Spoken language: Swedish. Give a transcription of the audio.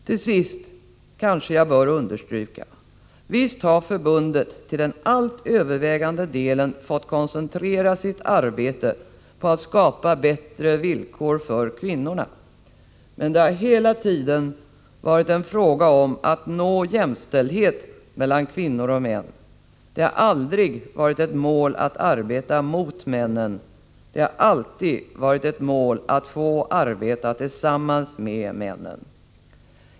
Till sist kanske jag bör understryka att förbundet till den alldeles övervägande delen har fått koncentrera sitt arbete på att skapa bättre villkor för kvinnorna. Men det har hela tiden varit en fråga om att nå jämställdhet mellan kvinnor och män. Det har aldrig varit ett mål att arbeta mot männnen; det har alltid varit ett mål att få arbeta tillsammans med männen.